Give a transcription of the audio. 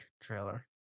trailer